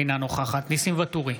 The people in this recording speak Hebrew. אינה נוכחת ניסים ואטורי,